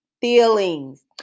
Feelings